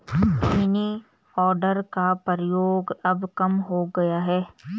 money order का प्रयोग अब कम हो गया है